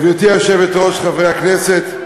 גברתי היושבת-ראש, חברי הכנסת,